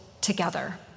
together